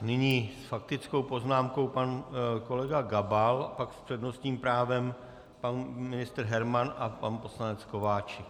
Nyní s faktickou poznámkou pan kolega Gabal a pak s přednostním právem pan ministr Herman a pan poslanec Kováčik.